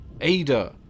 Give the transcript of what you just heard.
Ada